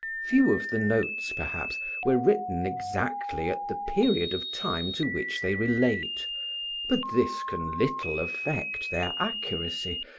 few of the notes, perhaps, were written exactly at the period of time to which they relate but this can little affect their accuracy,